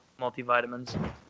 multivitamins